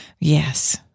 Yes